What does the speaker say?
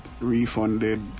refunded